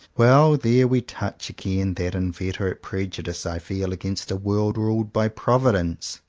well! there we touch again that inveterate prejudice i feel against a world ruled by providence.